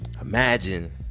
imagine